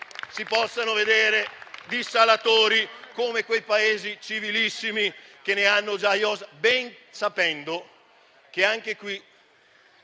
si possano vedere dissalatori come in quei Paesi civilissimi che ne hanno già a iosa, ben sapendo che